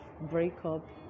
breakup